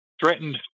threatened